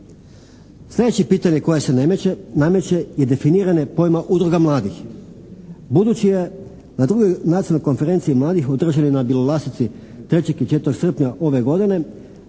Slijedeće pitanje koje se nameće je definiranje pojma udruga mladih. Budući je na 2. nacionalnoj konferenciji mladih održanoj na Bjelolasici 3. i 4. srpnja ove godine